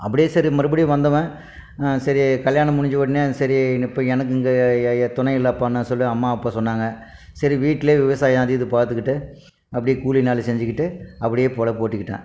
அப்படியே சரி மறுபடியும் வந்தவன் சரி கல்யாணம் முடிஞ்ச உடனே சரின்னு இப்போ எனக்கு இங்கே துணையில்லப்பான்னு சொல்லி அம்மா அப்பா சொன்னாங்க சரி வீட்லே விவசாயம் அது இது பார்த்துக்கிட்டு அப்படியே கூலி நாலு செஞ்சுகிட்டு அப்படியே புலப்பு ஓட்டிக்கிட்டேன்